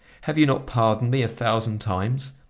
have you not pardoned me a thousand times?